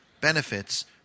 benefits